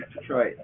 Detroit